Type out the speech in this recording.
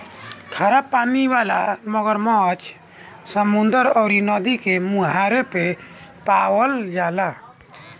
खरा पानी वाला मगरमच्छ समुंदर अउरी नदी के मुहाने पे पावल जाला